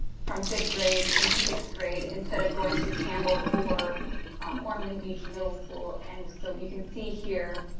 from fifth grade into sixth grade instead of going to campbell or ormond beach middle school. and so you can see here,